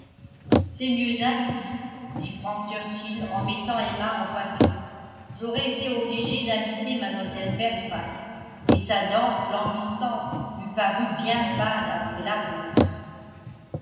c'est mieux ainsi dit frank churchill en mettant emma en voiture j'aurais été obligé d'inviter mlle fairfax et sa danse languissante m'eut paru bien fade après la vôtre